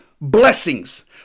blessings